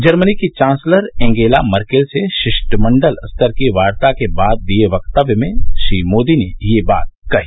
Germany की chancellor Angela Merkel से शिष्टमंडल स्तर की वार्ता के बाद दिए वक्तव्य में श्री मोदी ने ये बात कही